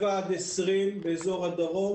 7 עד 20 באזור הדרום